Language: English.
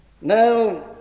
Now